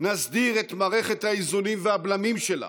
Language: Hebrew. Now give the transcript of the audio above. נסדיר את מערכת האיזונים והבלמים שלה,